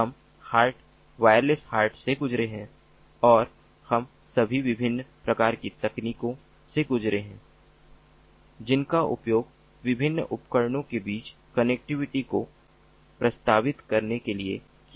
हम HART wireless HART से गुजरे हैं और हम सभी विभिन्न प्रकार की तकनीकों से गुजरे हैं जिनका उपयोग विभिन्न उपकरणों के बीच कनेक्टिविटी को प्रस्तावित करने के लिए किया जा सकता है